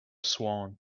swan